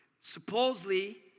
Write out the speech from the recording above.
supposedly